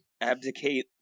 abdicate